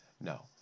No